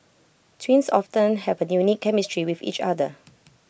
twins often have A unique chemistry with each other